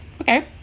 okay